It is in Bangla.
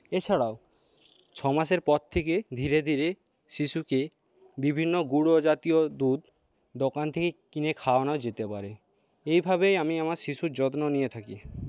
এছাড়াও ছ মাসের পর থেকে ধীরে ধীরে শিশুকে বিভিন্ন গুঁড়ো জাতীয় দুধ দোকান থেকে কিনে খাওয়ানো যেতে পারে এভাবেই আমি আমার শিশুর যত্ন নিয়ে থাকি